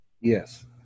Yes